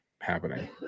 happening